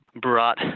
brought